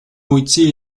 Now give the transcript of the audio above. уйти